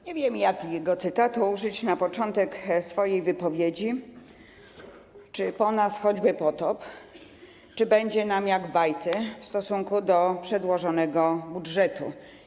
Nie wiem, jakiego cytatu użyć na początek swojej wypowiedzi, czy „po nas choćby potop”, czy „będzie nam jak w bajce”, w stosunku do przedłożonego budżetu.